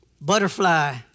butterfly